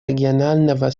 регионального